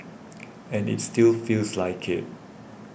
and it still feels like it